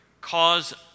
cause